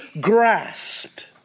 grasped